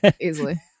easily